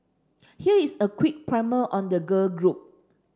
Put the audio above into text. here is a quick primer on the girl group